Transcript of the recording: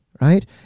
Right